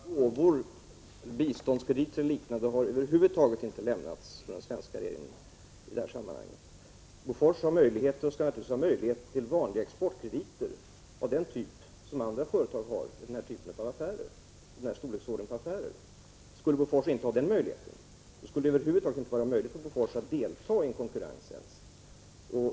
Herr talman! Gåvor, biståndskrediter eller något liknande har över huvud taget inte lämnats från den svenska regeringen i det här sammanhanget. Bofors skall naturligtvis ha möjlighet till vanliga exportkrediter av den typ som andra företag har när det gäller affärer av den här storleksordningen. Skulle Bofors inte ha den här möjligheten, skulle företaget över huvud taget inte kunna delta i konkurrensen.